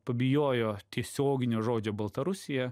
pabijojo tiesioginio žodžio baltarusija